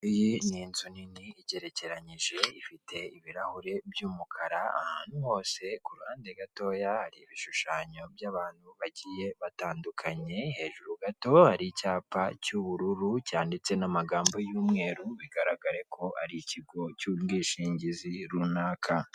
Iyi ni inzu nini igerekeranije, ifite ibirahuri by'umukara ahantu hose, kuruhande gatoya hari ibishushanyo by'abantu bagiye batandukanye, hejuru gato hari icyapa cy'ubururu cyanditse n'amagambo y'umweru, bigaragarare ko arigo cy'ubwishingizi runaka.